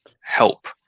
help